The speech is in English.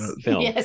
film